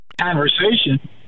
conversation